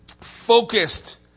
focused